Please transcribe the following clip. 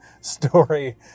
story